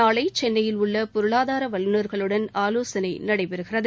நாளை சென்னையில் உள்ள பொருளாதார வல்லுநர்களுடன் ஆலோசனை நடைபெறுகிறது